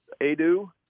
Adu